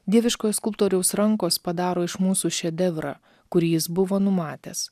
dieviškojo skulptoriaus rankos padaro iš mūsų šedevrą kurį jis buvo numatęs